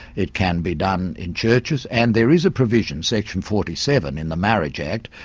it can be done in churches and there is a provision, section forty seven in the marriage act,